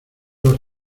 los